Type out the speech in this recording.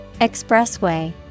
Expressway